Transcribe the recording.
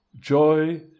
joy